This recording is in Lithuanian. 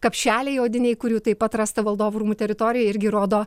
kapšeliai odiniai kurių taip pat rasta valdovų rūmų teritorijoj irgi rodo